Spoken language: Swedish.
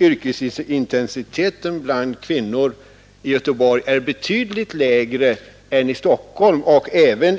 Yrkesintensiteten bland kvinnor i Göteborg är betydligt lägre än i Stockholm och även